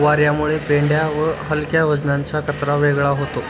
वार्यामुळे पेंढा व हलक्या वजनाचा कचरा वेगळा होतो